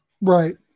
Right